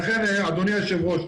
לכן אדוני היושב ראש,